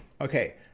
okay